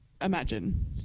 imagine